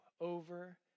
over